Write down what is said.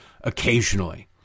occasionally